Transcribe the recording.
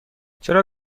چرا